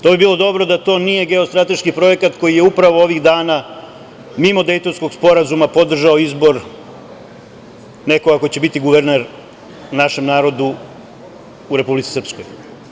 To bi bilo dobro da to nije geostrateški projekat koji je upravo ovih dana mimo Dejtonskog sporazuma podržao izbor, neko ako će biti guverner našem narodu u Republici Srpskoj.